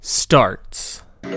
starts